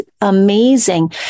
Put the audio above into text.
amazing